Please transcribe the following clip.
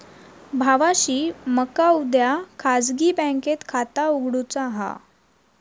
भावाशी मका उद्या खाजगी बँकेत खाता उघडुचा हा